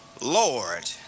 Lord